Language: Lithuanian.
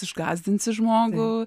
išgąsdinsi žmogų